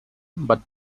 but